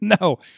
No